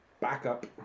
backup